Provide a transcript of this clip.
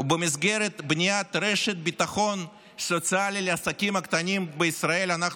ובמסגרת בניית רשת ביטחון סוציאלי לעסקים הקטנים בישראל אנחנו